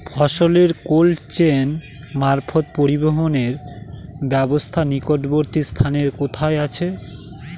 ফসলের cold chain মারফত পরিবহনের ব্যাবস্থা নিকটবর্তী স্থানে কোথায় আছে?